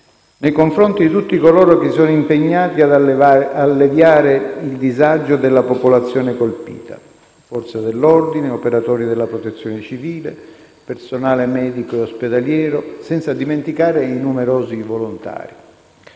nei confronti di tutti coloro che si sono impegnati ad alleviare il disagio della popolazione colpita: Forze dell'ordine, operatori della Protezione civile, personale medico e ospedaliero, senza dimenticare i numerosi volontari.